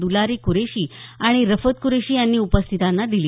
दुलारी कुरेशी आणि रफत कुरेशी यांनी उपस्थितांना दिली